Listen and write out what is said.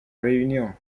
réunion